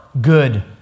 good